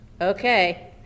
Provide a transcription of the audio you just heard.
okay